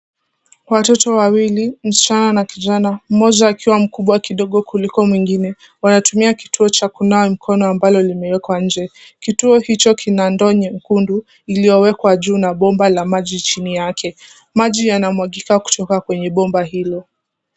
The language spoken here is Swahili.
Watoto wawili msichana na kijana, moja akiwa mkubwa kuliko mwingine wanatumia kituo cha kunawa mikono ambalo imewekwa nje. Kituo hicho kina ndoo nyekundu iliyowekwa juu na bomba la maji chini yake. Maji yanamwagika kutoka kwenye bomba hilo.